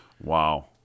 Wow